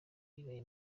ibaye